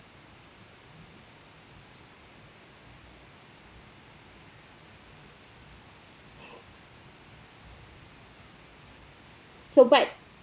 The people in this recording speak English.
so but